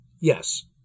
Yes